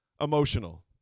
emotional